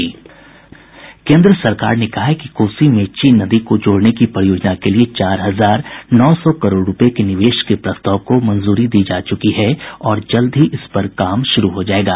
केन्द्र सरकार ने कहा है कि कोसी मेची नदी को जोड़ने की परियोजना के लिए चार हजार नौ सौ करोड़ रूपये के निवेश के प्रस्ताव को मंजूरी दी जा चुकी है और जल्द ही इस पर काम शुरू हो जायेगा